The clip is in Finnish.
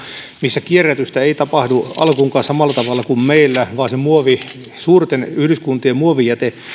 missä kierrätystä ei tapahdu alkuunkaan samalla tavalla kuin meillä vaan suurten yhdyskuntien muovijäte